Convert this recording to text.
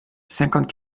cinquante